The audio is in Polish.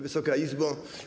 Wysoka Izbo!